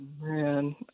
man